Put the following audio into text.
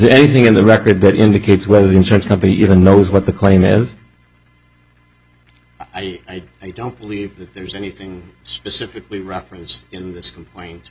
a thing in the record that indicates whether the insurance company even knows what the claim is i don't believe that there's anything specifically referenced in this complaint